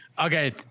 Okay